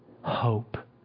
Hope